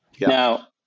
Now